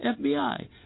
FBI